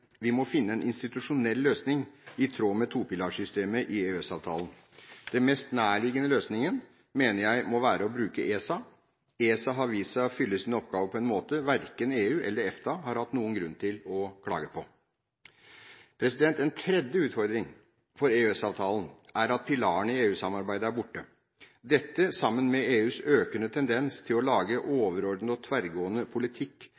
Vi må finne en institusjonell løsning i tråd med topilarsystemet i EØS-avtalen. Den mest nærliggende løsningen mener jeg må være å bruke ESA. ESA har vist seg å fylle sin oppgave på en måte verken EU eller EFTA har hatt noen grunn til å klage på. En tredje utfordring for EØS-avtalen er at pilarene i EU-samarbeidet er borte. Dette, sammen med EUs økende tendens til å lage overordnet og tverrgående politikk,